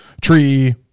tree